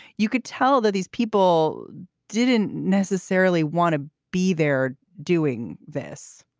you could tell that these people didn't necessarily want to be there doing this.